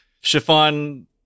chiffon